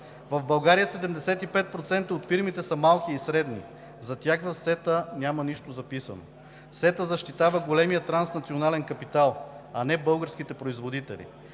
В България 75% от фирмите са малки и средни, за тях в СЕТА няма нищо записано. СЕТА защитава големия транснационален капитал, а не българските производители.